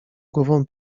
głową